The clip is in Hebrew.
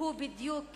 הוא בדיוק